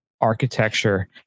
architecture